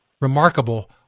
remarkable